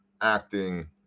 acting